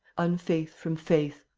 unfaith from faith,